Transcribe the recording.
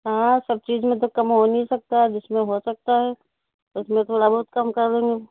ہاں سب چیز میں تو کم ہو نہیں سکتا جس میں ہو سکتا ہے اس میں تھوڑا بہت کم کر دیں گے